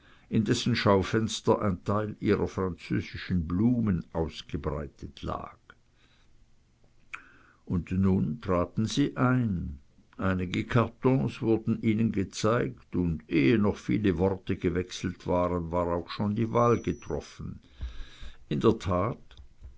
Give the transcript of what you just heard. in dessen schaufenster ein teil ihrer französischen blumen ausgebreitet lag und nun traten sie ein einige kartons wurden ihnen gezeigt und ehe noch viele worte gewechselt waren war auch schon die wahl getroffen in der tat